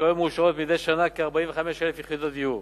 כיום מאושרות מדי שנה כ-45,000 יחידות דיור.